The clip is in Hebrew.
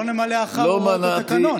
לא נמלא אחר הוראות התקנון.